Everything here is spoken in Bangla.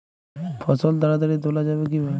ফসল তাড়াতাড়ি তোলা যাবে কিভাবে?